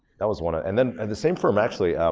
that was one. ah and then, at the same firm, actually,